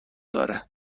داره